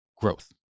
growth